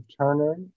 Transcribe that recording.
Turner